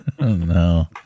No